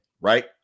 right